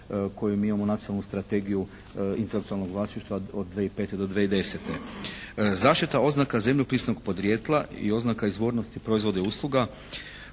koju mi imamo Nacionalnu strategiju intelektualnog vlasništva od 2005. do 2010. Zaštita oznaka zemljopisnog podrijetla i oznaka izvornosti proizvoda i usluga